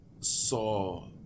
Saw